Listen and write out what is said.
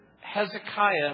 Hezekiah